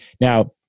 Now